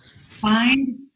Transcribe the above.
Find